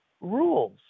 rules